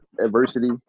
adversity